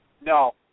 No